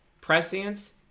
Prescience